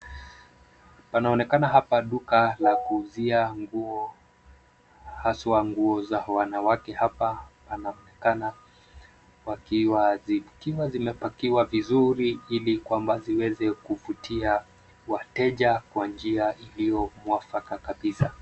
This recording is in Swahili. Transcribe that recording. Panaonekana hapa duka la kuuzia nguo haswa nguo za wanawake hapa panapatikana zikiwa zimepakiwa vizuri ili kwamba ziweza kuvutia wateja kwa njia iliyo mwafaka kabisa.